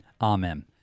Amen